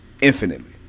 infinitely